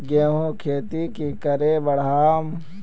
गेंहू खेती की करे बढ़ाम?